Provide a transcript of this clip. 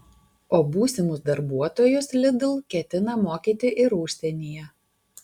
o būsimus darbuotojus lidl ketina mokyti ir užsienyje